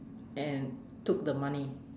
and took the money